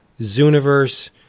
Zooniverse